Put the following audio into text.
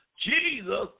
Jesus